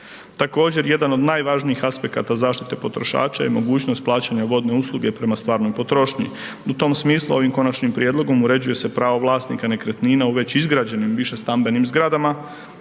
Također jedan od najvažnijih aspekata zaštite potrošača je mogućnost plaćanja vodne usluge prema stvarnoj potrošnji. U tom smislu ovim konačnim prijedlogom uređuje se prava vlasnika nekretnine u već izgrađenim više stambenim zgradama